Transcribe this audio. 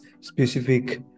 specific